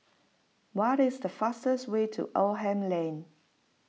what is the fastest way to Oldham Lane